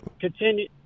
Continue